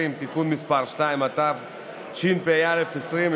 120) (תיקון מס' 2), התשפ"א 2021,